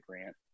grant